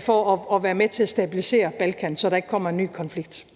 for at være med til at stabilisere Balkan, så der ikke kommer en ny konflikt.